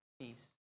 peace